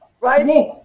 right